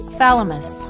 Thalamus